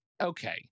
okay